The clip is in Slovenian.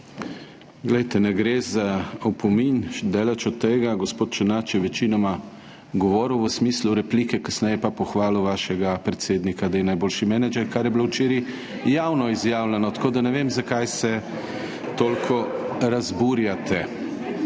Poglejte, ne gre za opomin, daleč od tega. Gospod Černač je večinoma govoril v smislu replike, kasneje pa pohvalil vašega predsednika, da je najboljši menedžer. Kar je bilo včeraj javno izjavljeno, tako da ne vem zakaj se toliko razburjate?